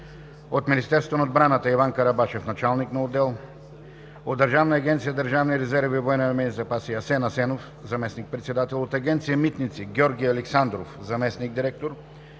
от Министерството на отбраната: Иван Карабашев – началник на отдел; от Държавната агенция „Държавни резерви и военновременни запаси“: Асен Асенов – заместник-председател; от Агенция „Митници“: Георги Александров – заместник-директор,